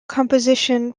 composition